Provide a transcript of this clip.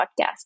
podcast